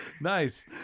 nice